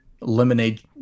Lemonade